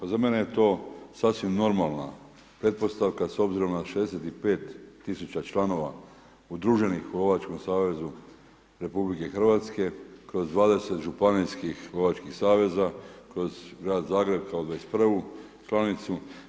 Za mene je to sasvim normalna pretpostavka s obzirom na 65 000 članova udruženih u Lovačkom savezu RH kroz 20 županijskih lovačkih saveza, kroz Grad Zagreb kao 21. članicu.